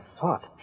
thought